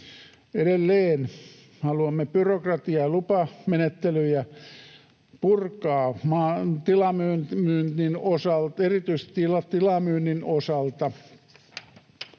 Edelleen haluamme byrokratiaa ja lupamenettelyjä purkaa erityisesti tilamyynnin osalta.